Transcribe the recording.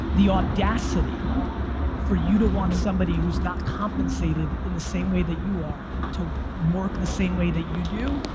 the audacity for you to want somebody who's not compensated in the same way that you are to work the same way that you do,